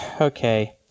okay